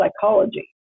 psychology